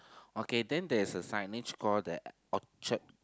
okay then there is a signage call the Orchard